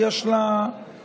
יש לה נגיעה